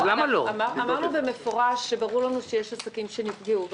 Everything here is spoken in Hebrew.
אמרנו במפורש שברור לנו שיש עסקים שנפגעו.